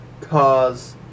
cause